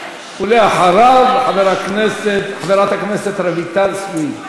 אחריו, חברת הכנסת רויטל סויד.